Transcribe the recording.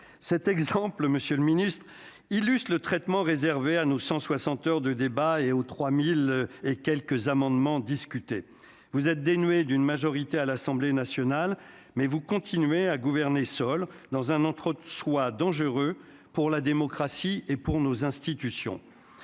Cet exemple illustre le traitement réservé à nos 160 heures de débat et aux quelque 3 000 amendements que nous avons discutés. Vous êtes dénué de majorité à l'Assemblée nationale, mais vous continuez à gouverner seuls, dans un entre-soi dangereux pour la démocratie et pour nos institutions.